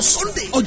Sunday